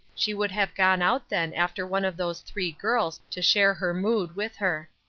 she would have gone out then after one of those three girls to share her mood with her.